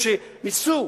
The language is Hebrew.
כשניסו